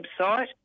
website